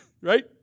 right